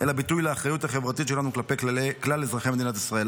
אלא ביטוי לאחריות החברתית שלנו כלפי כלל אזרחי מדינת ישראל.